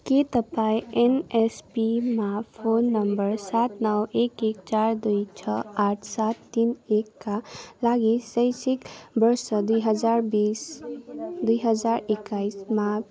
के तपाईँँ एनएसपीमा फोन नम्बर सात नौ एक एक चार दुई छ आठ सात तिन एकका लागि शैक्षिक वर्ष दुई हजार बिस दुई हजार एक्काइसमा